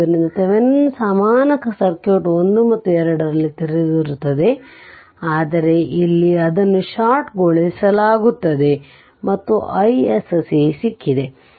ಆದ್ದರಿಂದ ಥೆವೆನಿನ್ ಸಮಾನ ಸರ್ಕ್ಯೂಟ್ 1 ಮತ್ತು 2 ನಲ್ಲಿ ತೆರೆದಿರುತ್ತದೆ ಆದರೆ ಇಲ್ಲಿ ಅದನ್ನು ಷಾರ್ಟ್ ಗೊಳಿಸಲಾಗುತ್ತದೆ ಮತ್ತು iSC ಸಿಕ್ಕಿದೆ